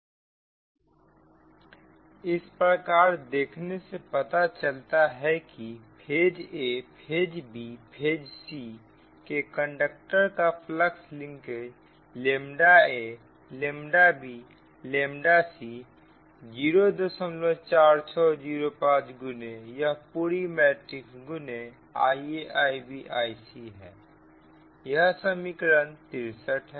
तो इस प्रकार देखने से पता चलता है कि phase a phase b phase c के कंडक्टर का फ्लक्स लिंकेज abc04605 गुने यह पूरी मैट्रिक्स गुने IaIbIc है यह समीकरण 63 है